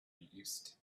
used